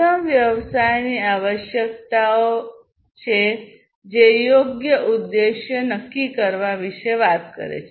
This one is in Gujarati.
પ્રથમ વ્યવસાયની આવશ્યકતાઓ છે જે યોગ્ય ઉદ્દેશ્ય નક્કી કરવા વિશે વાત કરે છે